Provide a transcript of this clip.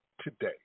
today